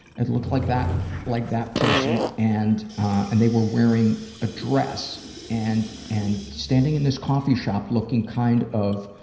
it looked like that like that person. and and they were wearing a dress and and standing in this coffee shop, looking kind of,